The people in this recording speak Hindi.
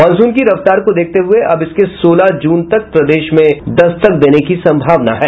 मॉनसून की रफ्तार को देखते हुए अब इसके सोलह जून तक प्रदेश में दस्तक देने की संभावना है